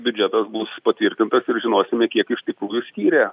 biudžetas bus patvirtintas ir žinosime kiek iš tikrųjų skyrė